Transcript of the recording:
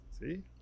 See